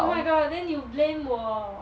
oh my god then you blame 我